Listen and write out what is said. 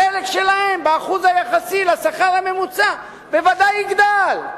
החלק שלהם באחוז היחסי לשכר הממוצע בוודאי יגדל,